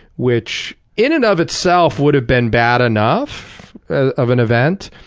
which in and of itself would've been bad enough ah of an event.